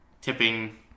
tipping